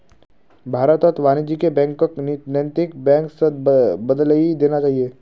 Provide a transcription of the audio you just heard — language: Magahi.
भारतत वाणिज्यिक बैंकक नैतिक बैंक स बदलइ देना चाहिए